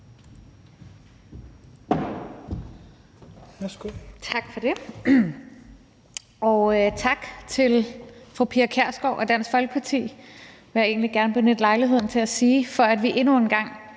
Tak for det. Og tak til fru Pia Kjærsgaard og Dansk Folkeparti, vil jeg egentlig gerne benytte lejligheden til at sige, for, at vi endnu en gang